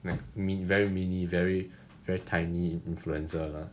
like min~ very mini very tiny influencer uh